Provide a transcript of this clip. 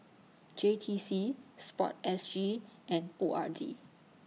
J T C Sport S G and O R D